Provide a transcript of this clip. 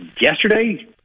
yesterday